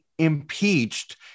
Impeached